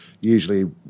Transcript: usually